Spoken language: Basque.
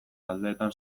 taldeetan